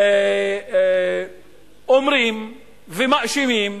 אומרים ומאשימים